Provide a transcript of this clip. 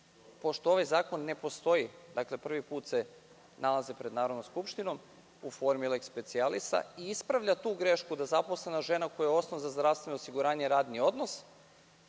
pošto ovaj zakon ne postoji, prvi put se nalazi pred Narodnom skupštinom u formi leks specijalisa, ispravlja tu grešku da zaposlena žena, kojoj je osnov za zdravstveno osiguranje radni odnos,